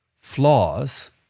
flaws